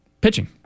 Pitching